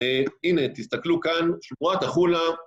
הנה, תסתכלו כאן, שמורת החולה